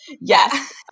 Yes